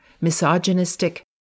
misogynistic